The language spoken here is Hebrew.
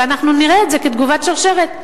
ואנחנו נראה את זה כתגובת שרשרת.